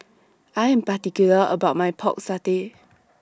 I Am particular about My Pork Satay